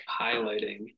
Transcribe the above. highlighting